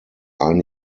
ein